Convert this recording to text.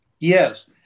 Yes